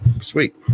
Sweet